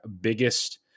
biggest